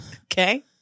Okay